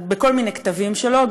בכל מיני כתבים שלו,